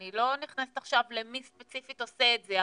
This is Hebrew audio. אני לא נכנסת עכשיו למי ספציפית עושה את זה,